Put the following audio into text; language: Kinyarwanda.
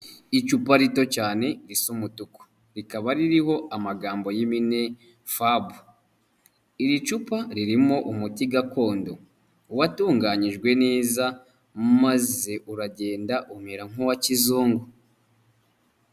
Icupa rito cyane risa umutuku, rikaba ririho amagambo y'impine FAB, iri cupa ririmo umuti gakondo watunganyijwe neza maze uragenda umera nk'uwa kizungu.